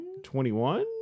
21